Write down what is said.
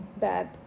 bad